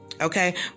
okay